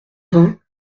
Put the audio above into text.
vingt